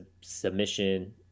submission